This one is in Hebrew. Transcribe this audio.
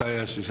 מתי היו 16,000?